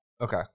Okay